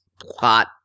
plot